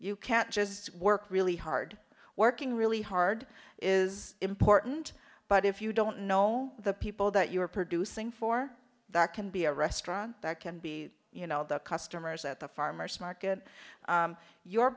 you can't just work really hard working really hard is important but if you don't know the people that you're producing for that can be a restaurant that can be you know the customers at the farmer's market your